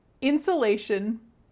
insulation